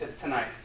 tonight